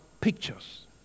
pictures